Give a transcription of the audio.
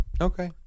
Okay